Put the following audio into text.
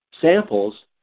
samples